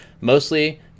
Mostly